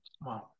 Wow